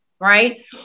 right